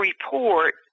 report